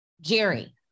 Jerry